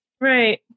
Right